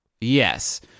Yes